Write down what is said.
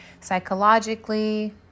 psychologically